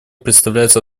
представляется